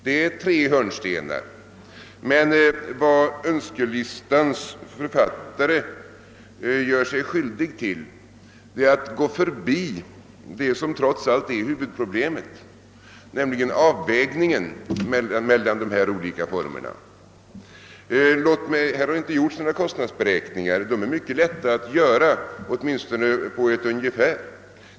Det är tre hörnstenar, men vad önskelistans författare gör sig skyldig till är att gå för bi det som trots allt är huvudproblemet, nämligen avvägningen mellan dessa olika former. Här har inte gjorts några kostnadsberäkningar. De är mycket lätta att göra, åtminstone på ett ungefär.